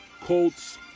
Colts